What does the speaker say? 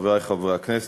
חברי חברי הכנסת,